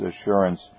assurance